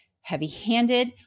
heavy-handed